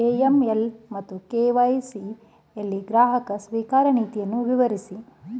AML ಮತ್ತು KYC ಯಲ್ಲಿ ಗ್ರಾಹಕ ಸ್ವೀಕಾರ ನೀತಿಯನ್ನು ವಿವರಿಸಿ?